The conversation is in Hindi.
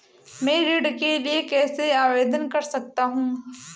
मैं ऋण के लिए कैसे आवेदन कर सकता हूं?